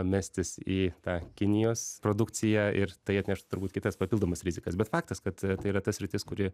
mestis į tą kinijos produkciją ir tai atneštų turbūt kitas papildomas rizikas bet faktas kad tai yra ta sritis kuri